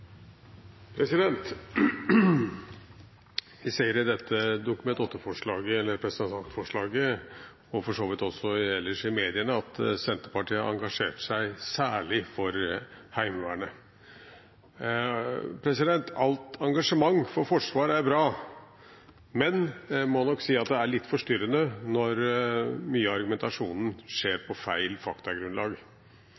Vi ser i dette Dokument 8-forslaget, eller representantforslaget, og for så vidt også ellers i mediene, at Senterpartiet har engasjert seg særlig for Heimevernet. Alt engasjement for Forsvaret er bra, men jeg må nok si at det er litt forstyrrende når mye av argumentasjonen skjer